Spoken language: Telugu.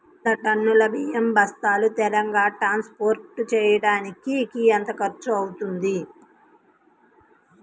వంద టన్నులు బియ్యం బస్తాలు తెలంగాణ ట్రాస్పోర్ట్ చేయటానికి కి ఎంత ఖర్చు అవుతుంది?